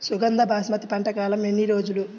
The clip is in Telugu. సుగంధ బాస్మతి పంట కాలం ఎన్ని రోజులు?